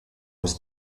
aux